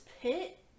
pit